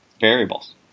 variables